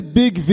big